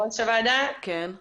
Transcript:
גבי מימון.